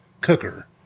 cooker